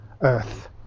Earth